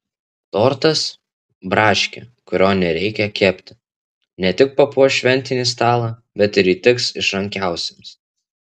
tortas braškė kurio nereikia kepti ne tik papuoš šventinį stalą bet ir įtiks išrankiausiems